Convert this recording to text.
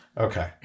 Okay